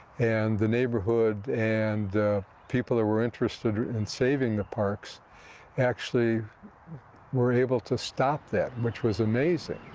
and the neighborhood and the people that were interested in saving the parks actually were able to stop that, which was amazing.